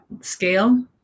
scale